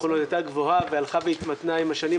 הייתה גבוהה, והלכה והתמתנה עם השנים.